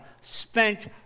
spent